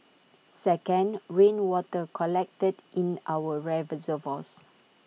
second rainwater collected in our